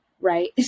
right